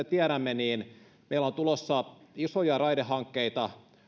tiedämme meillä on tulossa isoja raidehankkeita